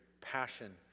passion